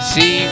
See